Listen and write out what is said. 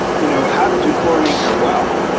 you know how did you chlorinate your well?